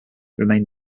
remain